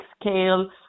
scale